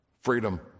freedom